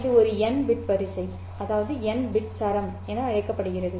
இது ஒரு n bit வரிசை அல்லது n பிட் சரம் என அழைக்கப்படுகிறது